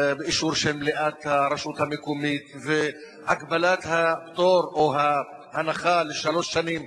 אישור של מליאת הרשות המקומית והגבלת הפטור או ההנחה לשלוש שנים.